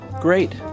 Great